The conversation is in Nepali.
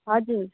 हजुर